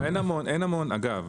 אגב,